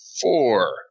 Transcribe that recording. four